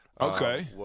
Okay